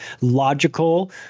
logical